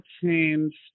changed